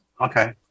okay